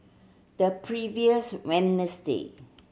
the previous Wednesday